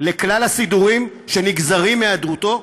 לכלל הסידורים שנגזרים מהיעדרותו?